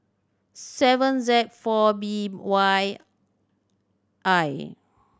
seven Z four B Y I